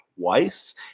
twice